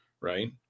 Right